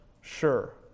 sure